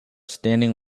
standing